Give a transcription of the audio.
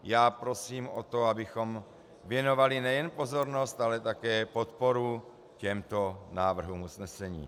Já prosím o to, abychom věnovali nejen pozornost, ale také podporu těmto návrhům usnesení.